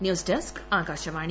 news desk Akashvani